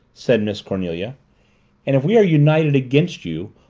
said miss cornelia. and if we are united against you,